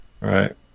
Right